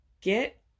get